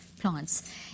plants